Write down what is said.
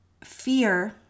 fear